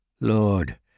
Lord